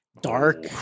dark